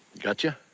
gotcha.